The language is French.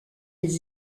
les